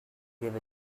give